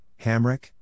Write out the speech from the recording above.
Hamrick